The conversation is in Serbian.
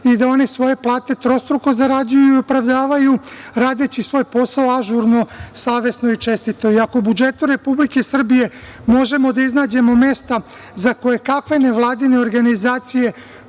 i da oni svoje plate trostruko zarađuju i opravdavaju radeći svoj posao ažurno, savesno i čestito. Ako u budžetu Srbije možemo da iznađemo mesta za kojekakve nevladine organizacije